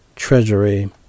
treasury